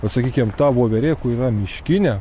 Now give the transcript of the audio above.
o sakykim ta voverė kur yra miškinė